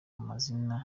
amazina